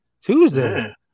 Tuesday